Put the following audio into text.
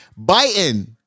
Biden